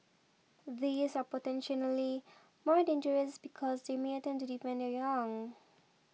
these are potentially more dangerous because they may attempt to defend their young